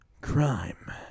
Crime